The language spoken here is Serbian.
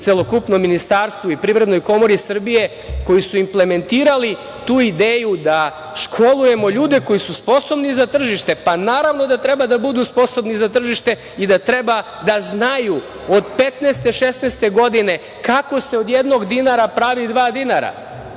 celokupnom ministarstvu i Privrednoj komori Srbije koji su implementirali tu ideju da školujemo ljude koji su sposobni za tržište. Naravno da treba da budu sposobni za tržište i da treba da znaju od 15-16 godine kako se od jednog dinara pravi dva dinara,